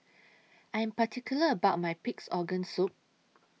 I Am particular about My Pig'S Organ Soup